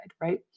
right